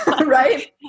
Right